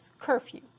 curfew